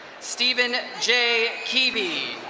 steven jay keating.